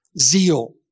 zeal